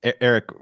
eric